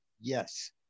Yes